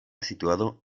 situado